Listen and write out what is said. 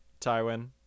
Tywin